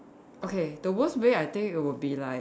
okay the worst way I think it would be like